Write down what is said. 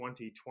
2020